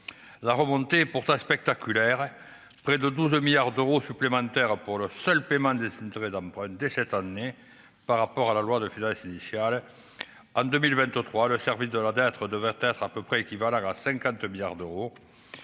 la remontée pour ta spectaculaire : près de 12 milliards d'euros supplémentaires pour le seul paiement des intérêts d'emprunt dès cette année par rapport à la loi de fédérer initial en 2023, le service de la théâtre de 24 à peu près équivalent à 50 d'euros